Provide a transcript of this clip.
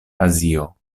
azio